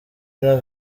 ino